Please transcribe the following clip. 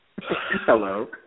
Hello